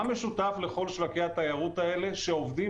מה משותף לכל שווקי התיירות האלה שעובדים